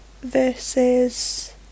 versus